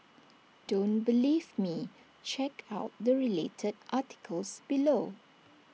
don't believe me check out the related articles below